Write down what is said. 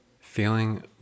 feeling